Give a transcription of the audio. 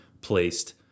placed